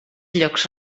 llocs